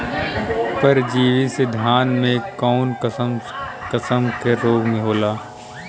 परजीवी से धान में कऊन कसम के रोग होला?